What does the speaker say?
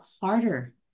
harder